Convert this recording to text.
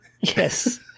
Yes